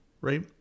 right